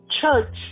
church